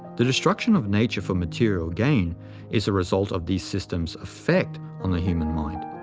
the destruction of nature for material gain is a result of these systems' effect on the human mind.